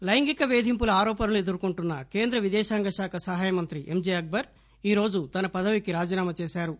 లైంగిక వేధింపుల ఆరోపలు ఎదుర్కొంటున్న కేంద్ర విదేశాంగశాఖ సహాయ మంత్రి ఎంజె అక్బర్ ఈరోజు తన పదవికి రాజీనామా చేశారు